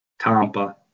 Tampa